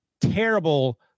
terrible